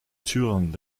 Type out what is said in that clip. türen